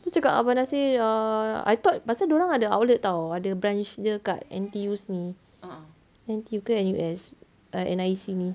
cakap abang nasir ah I thought pasal dia orang ada outlet [tau] ada branch dia dekat N_T_U ni N_T_U ke N_U_S err N_I_C ni